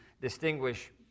distinguish